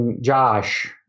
Josh